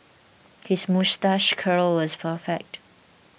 his moustache curl is perfect